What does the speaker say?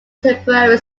temporary